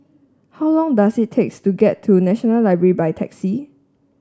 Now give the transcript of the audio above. how long does it takes to get to National Library by taxi